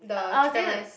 I was thinking the